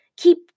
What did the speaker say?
keep